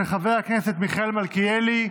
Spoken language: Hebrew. של חבר הכנסת מיכאל מלכיאלי.